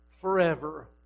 forever